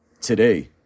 today